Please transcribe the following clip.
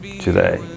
today